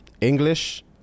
English